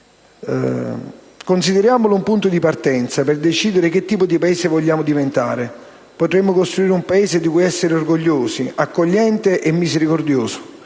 Consideriamolo un punto di partenza, per decidere che tipo di Paese vogliamo diventare. Potremmo costruire un Paese di cui essere orgogliosi, accogliente e misericordioso